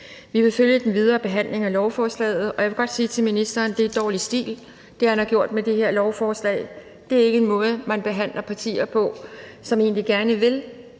Vi vil følge den videre behandling af lovforslaget, og jeg vil godt sige til ministeren, at det, han har gjort med det her lovforslag, er dårlig stil. Det er ikke en måde, man behandler partier på, som egentlig gerne vil